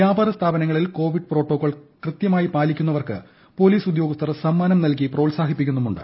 വ്യാപാര സ്ഥാപനങ്ങളിൽ Covid protocol കൃത്യമായി പാലിക്കുന്നവർക്ക് പൊലീസ് ഉദ്യോഗസ്ഥർ സമ്മാനം നൽകി പ്രോത്സാഹിപ്പിക്കുന്നുമുണ്ട്